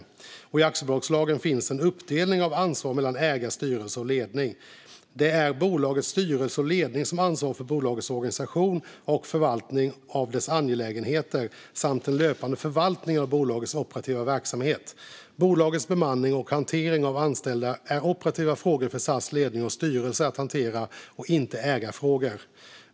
I aktiebolagslagen finns en uppdelning av ansvar mellan ägare, styrelse och ledning. Det är bolagets styrelse och ledning som ansvarar för bolagets organisation och förvaltningen av dess angelägenheter samt den löpande förvaltningen av bolagets operativa verksamhet. Bolagets bemanning och hantering av anställda är operativa frågor för SAS ledning och styrelse att hantera och är inte ägarfrågor.